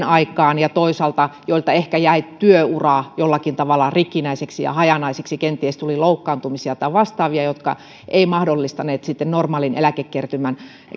aikaan ja joilta toisaalta ehkä jäi työura jollakin tavalla rikkinäiseksi ja hajanaiseksi kenties tuli loukkaantumisia tai vastaavia jotka eivät mahdollistaneet normaalin eläkekertymän